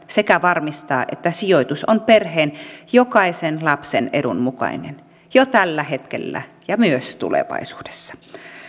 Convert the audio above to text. sekä varmistaa että sijoitus on perheen jokaisen lapsen edun mukainen jo tällä hetkellä ja myös tulevaisuudessa